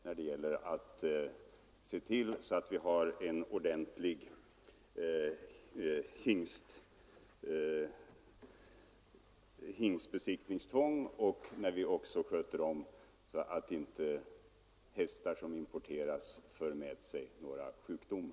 Det föreligger ett ordentligt hingstbesiktningstvång, och man ser till att hästar som importeras inte för med sig några sjukdomar.